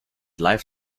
life